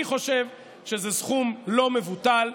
אני חושב שזה סכום לא מבוטל.